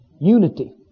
Unity